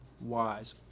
wise